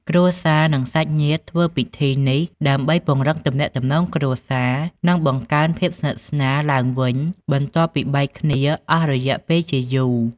គ្រួសារ និងសាច់ញាតិធ្វើពិធីនេះដើម្បីពង្រឹងទំនាក់ទំនងគ្រួសារ និងបង្កើនភាពស្និទ្ធស្នាលឡើងវិញ បន្ទាប់ពីបែកគ្នាអស់រយៈពេលជាយូរ។